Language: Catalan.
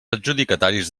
adjudicataris